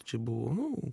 čia buvo nu